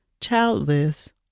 childless